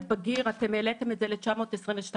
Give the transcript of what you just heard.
בגיר אתם העליתם את זה ל-922,000 שקל.